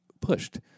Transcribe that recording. pushed